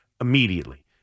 immediately